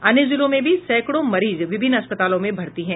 अन्य जिलों में भी सैंकड़ों मरीज विभिन्न अस्पतालों में भर्ती हैं